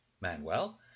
Manuel